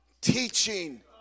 Teaching